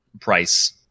price